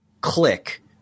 click